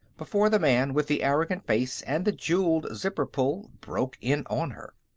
before the man with the arrogant face and the jewelled zipper-pull broke in on her.